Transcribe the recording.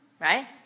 right